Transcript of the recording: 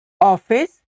office